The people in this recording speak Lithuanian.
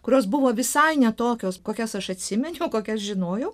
kurios buvo visai ne tokios kokias aš atsiminiau kokias žinojau